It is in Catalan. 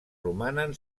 romanen